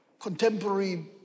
contemporary